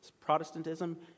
Protestantism